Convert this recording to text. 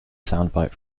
soundbite